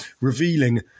revealing